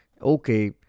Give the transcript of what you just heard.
Okay